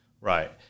Right